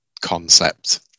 concept